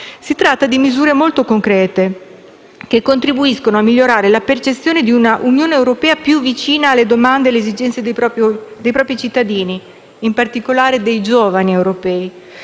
Si tratta di misure molto concrete, che contribuiscono a migliorare la percezione di una Unione europea più vicina alle domande ed alle esigenze dei propri cittadini, in particolare dei giovani.